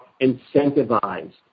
incentivized